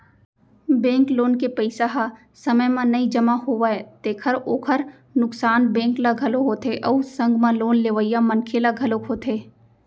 bank loan के पइसा ह समे म नइ जमा होवय तेखर ओखर नुकसान बेंक ल घलोक होथे अउ संग म लोन लेवइया मनसे ल घलोक होथे